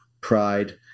pride